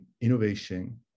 innovation